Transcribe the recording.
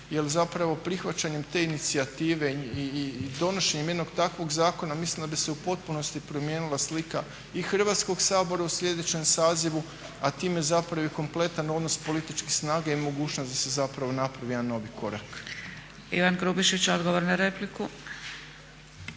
jel prihvaćanjem te inicijative i donošenjem jednog takvog zakona mislim da bi se u potpunosti promijenila slika i Hrvatskog sabora u sljedećem sazivu, a time i kompletan odnos političke snage i mogućnost da se napravi jedan novi korak. **Zgrebec, Dragica